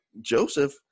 Joseph